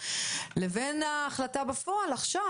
לבין ההחלטה בפועל עכשיו,